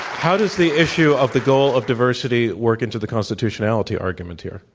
how does the issue of the goal of diversity work into the constitutionality argument here?